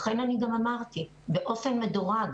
לכן גם אמרתי, התלמידים יעברו באופן מדורג.